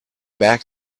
back